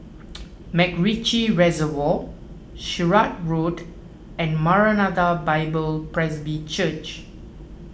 MacRitchie Reservoir Sirat Road and Maranatha Bible Presby Church